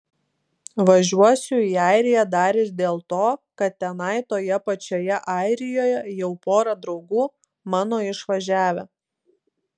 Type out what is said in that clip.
važiuosiu į airiją dar ir dėl to kad tenai toje pačioje airijoje jau pora draugų mano išvažiavę